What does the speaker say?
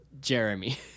Jeremy